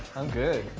i'm good.